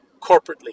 corporately